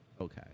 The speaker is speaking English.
Okay